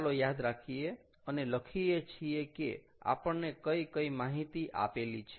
ચાલો યાદ રાખીએ અને લખીએ છીએ કે આપણને કઈ કઈ માહિતી આપેલી છે